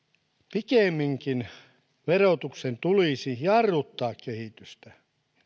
pikemminkin verotuksen tulisi jarruttaa kehitystä